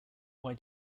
why